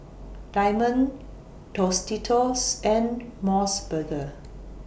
Diamond Tostitos and Mos Burger